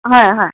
হয় হয়